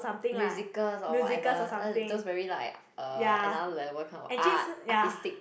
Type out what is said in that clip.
musicals or whatever like those very like uh another level kind of art artistic